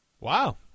Wow